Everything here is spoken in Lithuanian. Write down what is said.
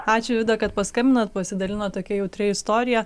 ačiū vida kad paskambinot pasidalinot tokia jautria istorija